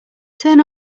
turn